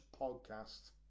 Podcast